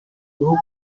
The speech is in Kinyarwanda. bihugu